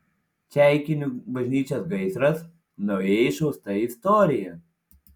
ceikinių bažnyčios gaisras naujai išausta istorija